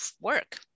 work